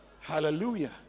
hallelujah